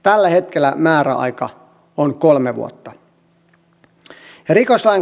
tällä hetkellä määräaika on kolme vuotta